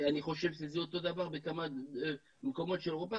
ואני חושב שזה אותו דבר במקומות אחרים באירופה,